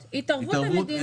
אותנו.